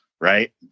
Right